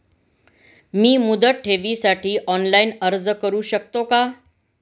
मी मुदत ठेवीसाठी ऑनलाइन अर्ज करू शकतो का?